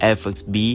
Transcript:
fxb